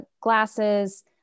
glasses